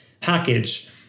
package